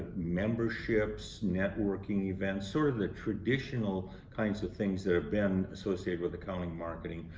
memberships, networking events, sort of the traditional kinds of things that have been associated with accounting marketing,